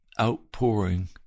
outpouring